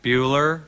Bueller